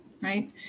right